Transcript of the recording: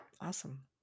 awesome